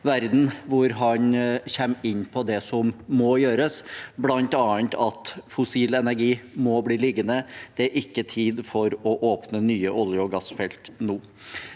verden der han kom inn på det som må gjøres, bl.a. at fossil energi må bli liggende. Det er ikke tid for å åpne nye olje- og gassfelt nå.